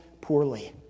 poorly